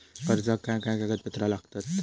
कर्जाक काय काय कागदपत्रा लागतत?